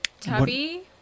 Tubby